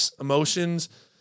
emotions